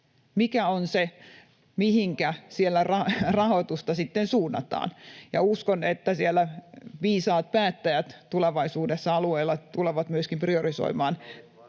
mikä on se, mihinkä siellä rahoitusta sitten suunnataan. Uskon, että siellä viisaat päättäjät tulevaisuudessa alueilla tulevat priorisoimaan